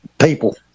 people